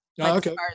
Okay